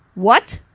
what!